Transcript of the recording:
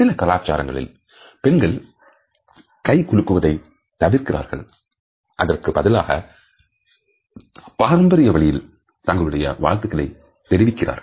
சில கலாச்சாரங்களில் பெண்கள் கை குலுக்குவதை தவிர்க்கிறார்கள் அதற்கு பதிலாக பாரம்பரிய வழியில் தங்களுடைய வாழ்த்துக்களை தெரிவிக்கிறார்கள்